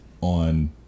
on